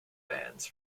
fans